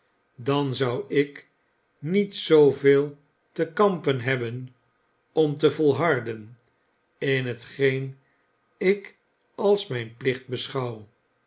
dan zou ik niet zooveel te kampen hebben om te volharden in hetgeen ik als mijn plicht beschouw